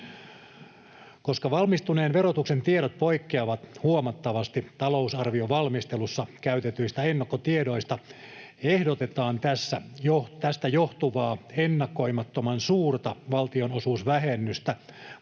Koska valmistuneen verotuksen tiedot poikkeavat huomattavasti talousarvion valmistelussa käytetyistä ennakkotiedoista, ehdotetaan tästä johtuvaa ennakoimattoman suurta valtionosuusvähennystä vuodelle